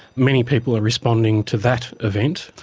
many people are responding to that event.